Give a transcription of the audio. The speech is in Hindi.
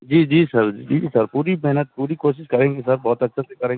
जी जी सर जी सर पूरी मेहनत पूरी कोशिश करेंगे सर बहुत अच्छे से करे